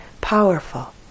powerful